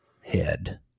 head